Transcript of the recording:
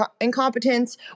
incompetence